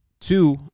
Two